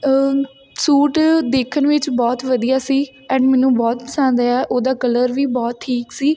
suit ਦੇਖਣ ਵਿੱਚ ਬਹੁਤ ਵਧੀਆ ਸੀ ਐਂਡ ਮੈਨੂੰ ਬਹੁਤ ਪਸੰਦ ਆਇਆ ਉਹਦਾ ਕਲਰ ਵੀ ਬਹੁਤ ਠੀਕ ਸੀ